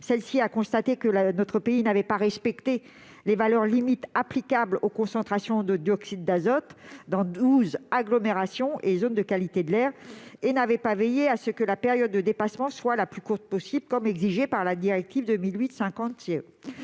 Elle a constaté que notre pays n'avait pas respecté les valeurs limites applicables aux concentrations de dioxyde d'azote dans douze agglomérations et zones de qualité de l'air, et qu'il n'avait pas veillé à ce que la période de dépassement soit la plus courte possible, comme l'exige la directive 2008/50/CE.